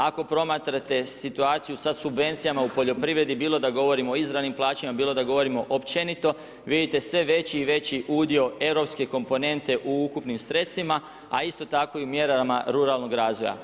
Ako promatrate situaciju sa subvencijama u poljoprivredi bilo da govorimo o izravnim plaćanjima, bilo da govorimo općenito vidite sve veći i veći udio europske komponente u ukupnim sredstvima, a isto tako i u mjerama ruralnog razvoja.